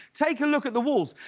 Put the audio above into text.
take a look at the walls.